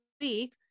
week